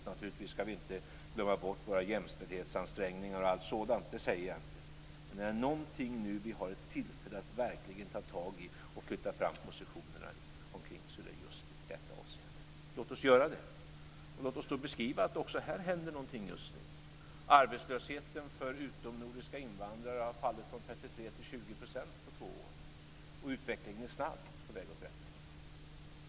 Vi ska naturligtvis inte glömma bort våra jämställdhetsansträngningar och allt sådant. Det säger jag inte. Men om det är någonting som vi nu har ett tillfälle att verkligen ta tag i och flytta fram positionerna omkring så är det just i detta avseende. Låt oss göra det! Och låt oss då beskriva att det också på det här området händer någonting just nu! Arbetslösheten för utomnordiska invandrare har fallit från 33 % till 20 % på två år. Och utvecklingen är snabb, på väg åt rätt håll.